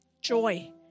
joy